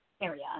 area